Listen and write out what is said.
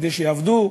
כדי שיעבדו,